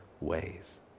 ways